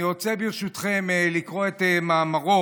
אני רוצה ברשותכם לקרוא את מאמרו